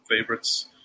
favorites